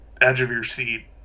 edge-of-your-seat